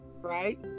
right